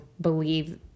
believe